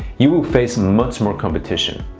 you will face much more competition,